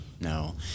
No